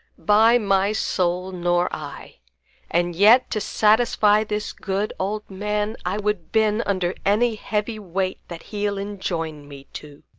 by my soul, nor i and yet, to satisfy this good old man, i would bend under any heavy weight that he'll enjoin me to.